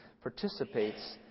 participates